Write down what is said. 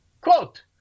Quote